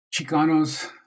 Chicanos